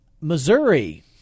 Missouri